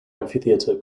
amphitheater